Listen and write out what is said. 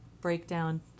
breakdown